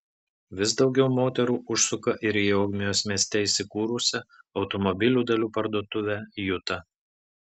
vis daugiau moterų užsuka ir į ogmios mieste įsikūrusią automobilių dalių parduotuvę juta